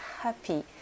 happy